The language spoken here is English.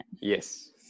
Yes